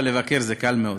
אבל לבקר זה קל מאוד.